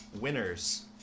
winners